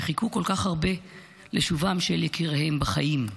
שחיכו כל כך הרבה לשובם של יקיריהם בחיים.